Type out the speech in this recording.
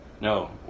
No